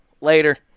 Later